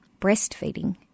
breastfeeding